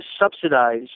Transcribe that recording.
subsidize